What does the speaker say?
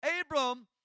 Abram